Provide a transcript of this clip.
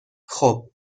خوب